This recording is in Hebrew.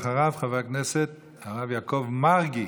אחריו, חבר הכנסת הרב יעקב מרגי.